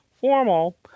formal